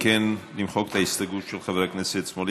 אם כן, נמחק את ההסתייגות של חבר הכנסת סלומינסקי.